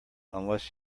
unless